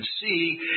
see